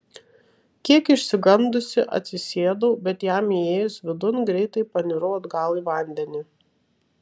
kiek išsigandusi atsisėdau bet jam įėjus vidun greitai panirau atgal į vandenį